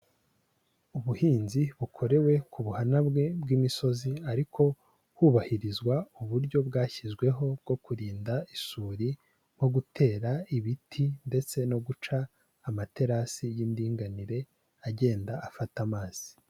Ubuhinzi bukorewe ku buhanabwe bw'imisozi ariko hubahirizwa uburyo bwashyizweho bwo kurinda isuri nko gutera ibiti ndetse no guca amaterasi y'indinganire agenda afata amazi.